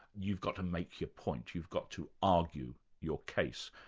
you've got to make your point, you've got to argue your case.